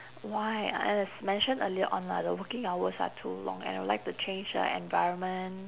why ah as mentioned earlier on lah the working hours are too long and I would like to change the environment